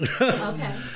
Okay